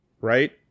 right